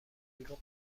دروغ